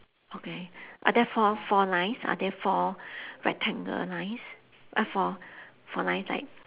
okay are there four four lines are there four rectangle lines uh four four lines like